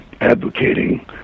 advocating